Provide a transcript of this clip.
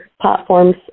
platforms